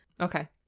Okay